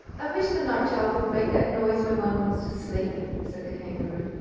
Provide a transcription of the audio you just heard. i wish the nightjar wouldn't make that noise when one wants to sleep, said the kangaroo.